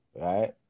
right